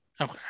Okay